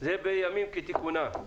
זה בימים כתיקונם.